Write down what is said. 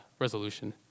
resolution